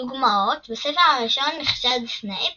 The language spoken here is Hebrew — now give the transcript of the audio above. דוגמאות בספר הראשון נחשד סנייפ